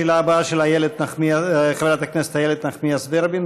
השאלה הבאה היא של חברת הכנסת איילת נחמיאס ורבין,